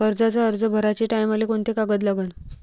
कर्जाचा अर्ज भराचे टायमाले कोंते कागद लागन?